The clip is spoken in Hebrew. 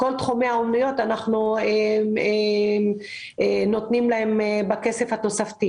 אנחנו נותנים בכסף התוספתי